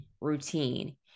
routine